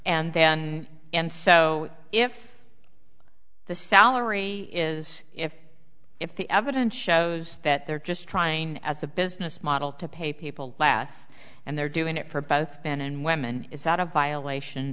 and then and so if the salary is if if the evidence shows that they're just trying as a business model to pay people last and they're doing it for both men and women is that a violation